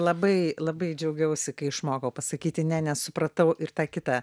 labai labai džiaugiausi kai išmokau pasakyti ne nes supratau ir tą kitą